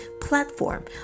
platform